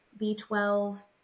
B12